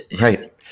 Right